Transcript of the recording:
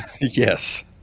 Yes